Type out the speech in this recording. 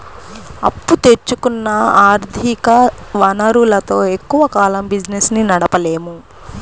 అప్పు తెచ్చుకున్న ఆర్ధిక వనరులతో ఎక్కువ కాలం బిజినెస్ ని నడపలేము